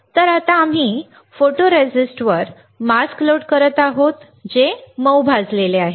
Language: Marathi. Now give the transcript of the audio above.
तर आता आम्ही फोटोकॉरिस्टवर मास्क लोड करत आहोत जे मऊ भाजलेले आहे